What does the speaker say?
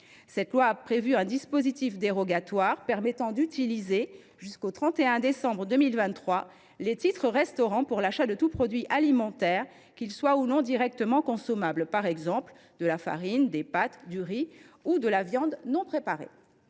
Cette loi a ainsi prévu un dispositif dérogatoire permettant d’utiliser, jusqu’au 31 décembre 2023, les titres restaurant pour l’achat de tout produit alimentaire, qu’il soit directement consommable ou non : par exemple, de la farine, des pâtes, du riz ou de la viande non préparée.